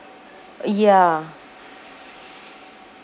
ya